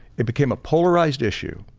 it became a polarized issue.